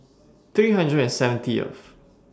three hundred and seventy F